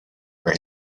for